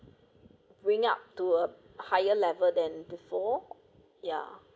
bring up to a higher level than before ya